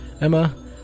Emma